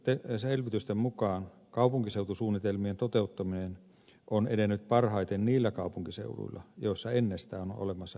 tehtyjen selvitysten mukaan kaupunkiseutusuunnitelmien toteuttaminen on edennyt parhaiten niillä kaupunkiseuduilla joilla ennestään on olemassa yhteistyön perinteitä